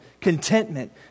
contentment